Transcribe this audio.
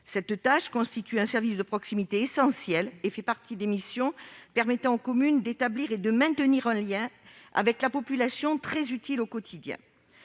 Cette tâche constitue un service de proximité essentiel et fait partie des missions permettant aux communes d'établir et de maintenir un lien avec la population, qui est très utile au quotidien.